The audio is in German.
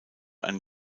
einen